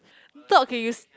dog is